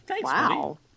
wow